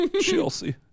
Chelsea